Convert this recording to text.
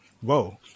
Whoa